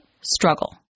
STRUGGLE